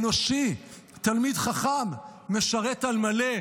אנושי, תלמיד חכם, משרת על מלא.